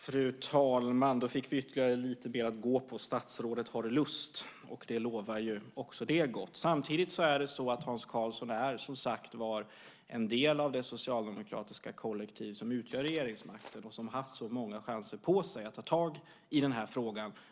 Fru talman! Då fick vi ytterligare lite mer att gå på. Statsrådet har lust. Det lovar också det gott. Samtidigt är Hans Karlsson, som sagt var, en del av det socialdemokratiska kollektiv som utgör regeringsmakten och som haft så många chanser på sig att ta tag i den här frågan.